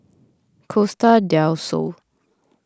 Costa del Sol